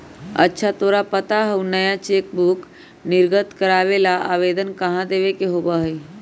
अच्छा तोरा पता हाउ नया चेकबुक निर्गत करावे ला आवेदन कहाँ देवे के होबा हई?